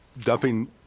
Dumping